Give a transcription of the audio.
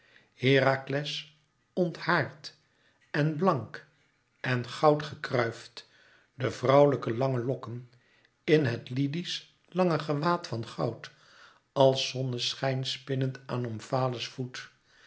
herakles onthaard en blank en goud gekruifd de vrouwelijk lange lokken in het lydiesch lange gewaad van goud als zonneschijn spinnend aan omfale's voet